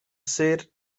ser